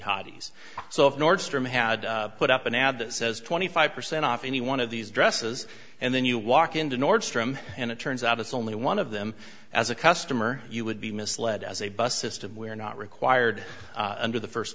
jihadi s so if nordstrom had put up and ad that says twenty five percent off any one of these dresses and then you walk into nordstrom and it turns out it's only one of them as a customer you would be misled as a bus system we're not required under the first